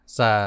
sa